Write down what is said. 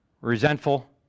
resentful